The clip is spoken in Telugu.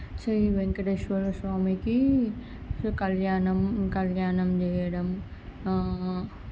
సో ఈ వెంకటేశ్వర స్వామికి కళ్యాణం కళ్యాణం చేయడం